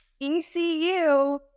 ECU